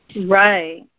Right